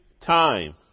time